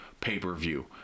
pay-per-view